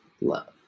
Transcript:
love